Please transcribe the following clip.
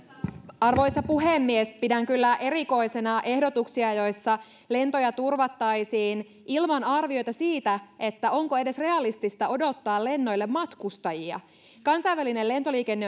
arvoisa puhemies pidän kyllä erikoisena ehdotuksia joissa lentoja turvattaisiin ilman arviota siitä onko edes realistista odottaa lennoille matkustajia kansainvälinen lentoliikenne